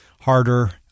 harder